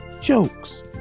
jokes